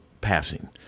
passing